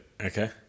Okay